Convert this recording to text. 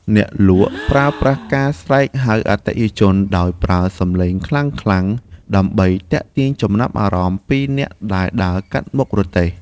អ្នកលក់ប្រើប្រាស់ការស្រែកហៅអតិថិជនដោយប្រើសំឡេងខ្លាំងៗ ដើម្បីទាក់ទាញចំណាប់អារម្មណ៍ពីអ្នកដែលដើរកាត់មុខរទេះ។